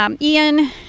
Ian